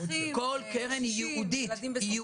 כל קרן היא ייעודית.